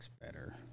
better